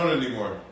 anymore